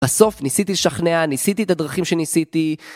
בסוף ניסיתי לשכנע, ניסיתי את הדרכים שניסיתי